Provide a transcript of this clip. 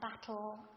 battle